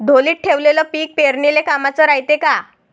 ढोलीत ठेवलेलं पीक पेरनीले कामाचं रायते का?